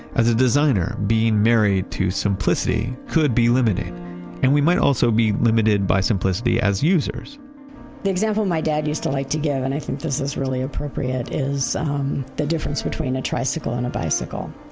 as a designer, being married to simplicity could be limited and we might also be limited by simplicity as users the example my dad used to like to give, and i think this is really appropriate, is the difference between a tricycle and a bicycle.